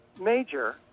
major